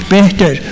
better